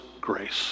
grace